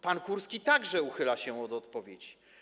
Pan Kurski także uchyla się od odpowiedzi.